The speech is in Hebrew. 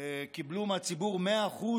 קיבלו מהציבור 100%